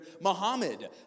Muhammad